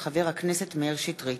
של חבר הכנסת מאיר שטרית,